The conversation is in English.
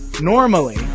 Normally